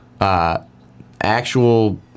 actual